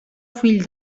fill